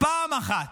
פעם אחת,